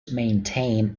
maintain